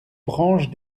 branches